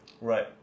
Right